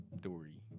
story